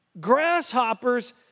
grasshoppers